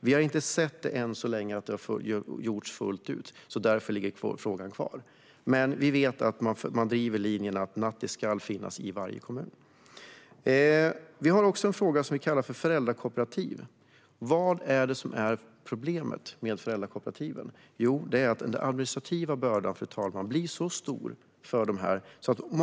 Vi har än så länge inte sett att det har skett fullt ut. Därför ligger frågan kvar. Men vi vet att man driver linjen att nattis ska finnas i varje kommun. Vi har också en fråga som vi kallar för föräldrakooperativ. Vad är det som är problemet med föräldrakooperativen? Jo, det är att den administrativa bördan blir så stor.